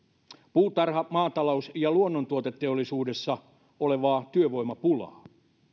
puutarha maatalous ja luonnontuoteteollisuudessa olevaa työvoimapulaa